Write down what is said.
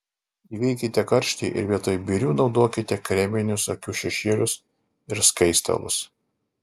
įveikite karštį ir vietoj birių naudokite kreminius akių šešėlius ir skaistalus